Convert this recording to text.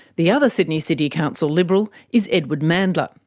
the other sydney city council liberal is edward mandla.